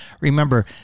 remember